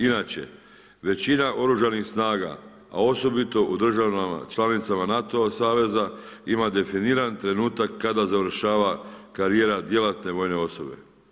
Inače većina oružanih snaga, a osobito u državama članicama NATO saveza ima definiran trenutak kada završetka karijera djelatne vojne osobe.